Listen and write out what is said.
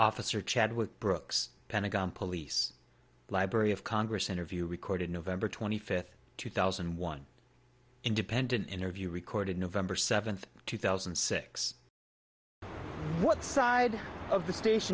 officer chadwick brooks pentagon police library of congress interview recorded november twenty fifth two thousand and one independent interview recorded nov seventh two thousand and six what side of the